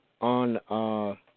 on